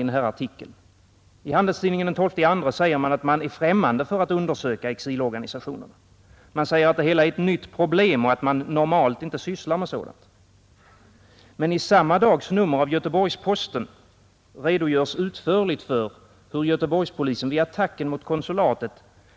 I den här artikeln i Handelstidningen den 12 februari säger man att man är främmande för att undersöka exilorganisationerna. Man framhåller att det hela är ett nytt problem och att man normalt inte sysslar med sådant. Men i samma dags nummer av Göteborgs-Posten redogörs utförligt för hur Göteborgspolisen vid attacken mot konsulatet